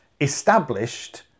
established